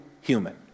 human